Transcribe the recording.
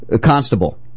Constable